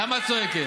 למה את צועקת?